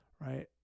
right